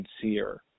sincere